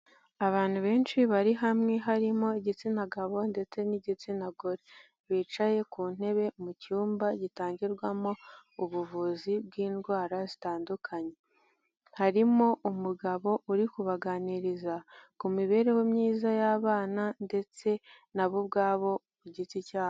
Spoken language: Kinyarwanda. Abantu benshi bari hamwe harimo igitsina gabo ndetse n'igitsina gore, bicaye ku ntebe mu cyumba gitangirwamo ubuvuzi bw'indwara zitandukanye. Harimo umugabo uri kubaganiriza ku mibereho myiza y'abana ndetse na bo ubwabo ku giti cyabo.